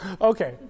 Okay